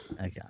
Okay